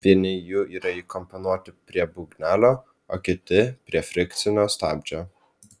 vieni jų yra įkomponuoti prie būgnelio o kiti prie frikcinio stabdžio